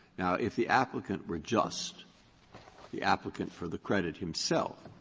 now, if the applicant were just the applicant for the credit himself,